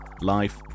life